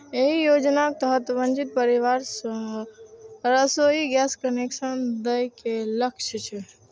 एहि योजनाक तहत वंचित परिवार कें रसोइ गैस कनेक्शन दए के लक्ष्य छै